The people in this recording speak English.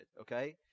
okay